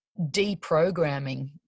deprogramming